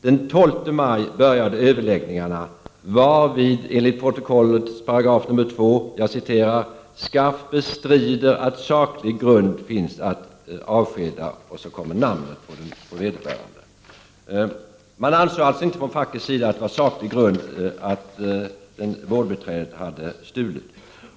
Den 12 maj började överläggningarna, varvid enligt protokollets § 2: ”SKAF bestrider att saklig grund finns att avskeda ...”. Man ansåg alltså inte från fackets sida att det var saklig grund att vårdbiträdet hade stulit.